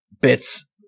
bits